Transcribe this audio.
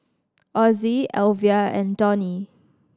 Ozzie Alvia and Donny